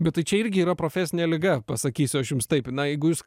bet tai čia irgi yra profesinė liga pasakysiu aš jums taip na jeigu jūs